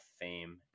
fame